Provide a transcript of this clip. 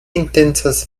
intencas